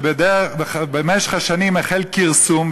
ובמשך השנים החל כרסום,